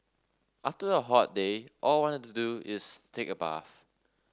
after a hot day all I want to do is take a bath